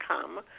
come